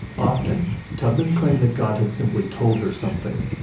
often, tubman claimed that god had simply told her something.